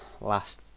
last